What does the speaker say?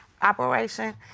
operation